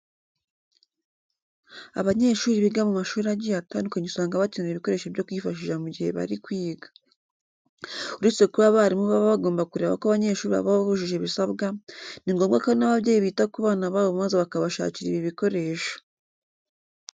Abanyeshuri biga mu mashuri agiye atandukanye usanga bakenera ibikoresho byo kwifashisha mu gihe bari kwiga. Uretse kuba abarimu baba bagomba kureba ko abanyeshuri babo bujuje ibisabwa, ni ngombwa ko n'ababyeyi bita ku bana babo maze bakabashakira ibi bikoresho.